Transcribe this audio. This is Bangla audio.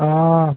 ও